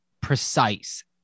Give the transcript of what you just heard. precise